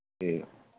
ਠੀਕ ਹੈ